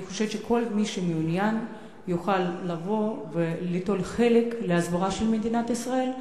אני חושבת שכל מי שמעוניין יוכל לבוא וליטול חלק בהסברה של מדינת ישראל,